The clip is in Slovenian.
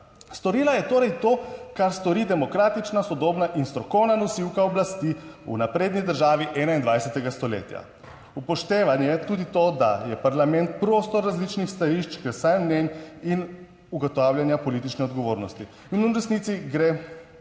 Storila je torej to, kar stori demokratična, sodobna in strokovna nosilka oblasti v napredni državi 21. stoletja. Upoštevanje je tudi to, da je parlament prostor različnih stališč, kresanj(?) mnenj in ugotavljanja politične odgovornosti. In v resnici gre pri tej